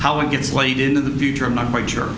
how it gets laid in the future i'm not quite sure